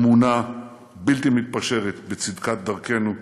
אמונה בלתי מתפשרת בצדקת דרכנו,